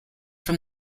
from